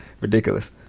Ridiculous